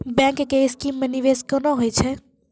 Bank के scheme मे निवेश केना होय छै?